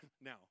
now